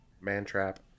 Mantrap